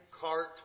cart